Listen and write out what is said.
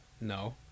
No